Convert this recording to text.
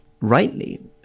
rightly